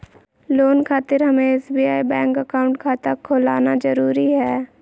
Loan खातिर हमें SBI bank account खाता खोल आना जरूरी है?